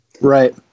right